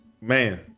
man